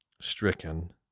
stricken